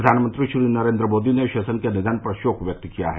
प्रधानमंत्री श्री नरेन्द्र मोदी ने शेषन के निधन पर शोक व्यक्त किया है